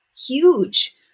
huge